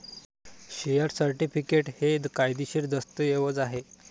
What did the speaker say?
share certificate हे कायदेशीर दस्तऐवज आहे